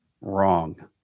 wrong